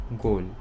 goal